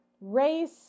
race